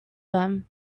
them